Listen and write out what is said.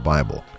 Bible